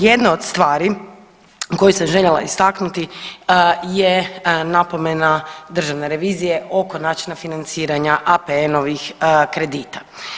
Jedna od stvari koje sam željela istaknuti je napomena Državne revizije oko načina financiranja APN-ovih kredita.